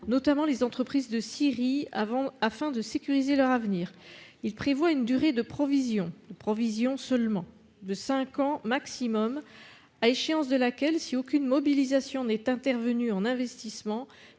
notamment des entreprises de scierie, afin de sécuriser leur avenir. Il prévoit une durée de provision, et seulement de provision, de cinq ans maximum, à échéance de laquelle, si aucune mobilisation n'est intervenue en investissement,